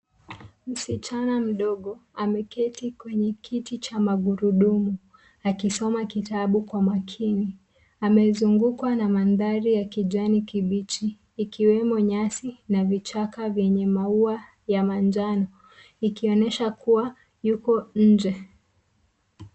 Msichana mdogo ameketi kwenye kiti cha magurudumu akisoma kitabu kwa makini. Amezungukwa na mandhari ya kijani kibichi ikiwemo nyasi na vichaka vyenye maua ya manjano, ikionyesha kuwa yuko nje.